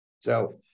So-